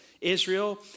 Israel